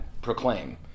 proclaim